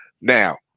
now